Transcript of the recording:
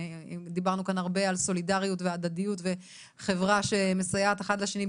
ודיברנו כאן הרבה על סולידריות והדדיות וחברה שמסייעת אחד לשני,